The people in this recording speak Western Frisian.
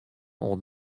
oant